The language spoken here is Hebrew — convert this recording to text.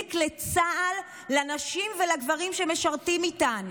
מזיק לצה"ל, לנשים ולגברים שמשרתים איתן".